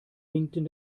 winkten